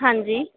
ਹਾਂਜੀ